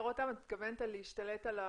אותם את מתכוונת על להשתלט על המחשב?